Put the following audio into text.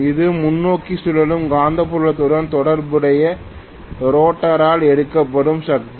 இது முன்னோக்கி சுழலும் காந்தப்புலத்துடன் தொடர்புடைய ரோட்டரால் எடுக்கப்படும் சக்தி